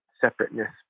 separateness